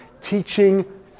teaching